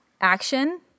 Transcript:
action